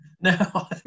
No